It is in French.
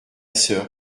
soeur